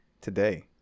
today